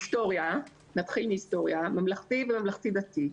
נתחיל בהיסטוריה ממלכתי, וממלכתי דתי.